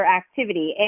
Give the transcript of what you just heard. activity